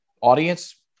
audience